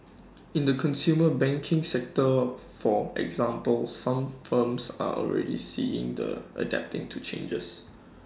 in the consumer banking sector for example some firms are already seeing and adapting to changes